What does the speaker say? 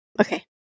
okay